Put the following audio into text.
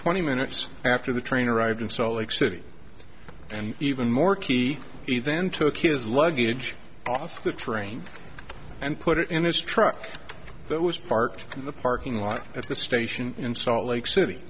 twenty minutes after the train arrived in salt lake city and even morkie he then took his luggage off the train and put it in his truck that was parked in the parking lot at the station in salt lake city